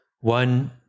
One